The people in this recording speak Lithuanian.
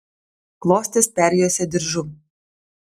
klostes perjuosė diržu